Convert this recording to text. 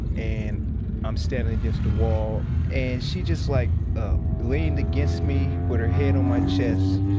and i'm standing against the wall, and she just like, ah, leaned against me with her head on my chest,